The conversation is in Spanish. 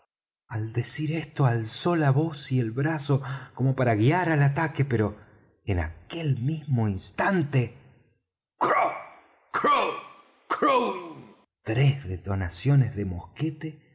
al decir esto alzó la voz y el brazo como para guiar al ataque pero en aquel mismo instante crac crac crac tres detonaciones de mosquete